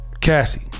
cassie